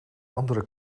andere